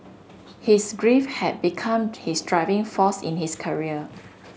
his grief had become his driving force in his career